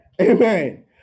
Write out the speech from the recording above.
Amen